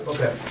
Okay